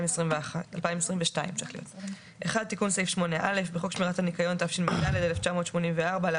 התשפ"ב 2022 "תיקון סעיף 8א 1. בחוק שמירת הניקיון,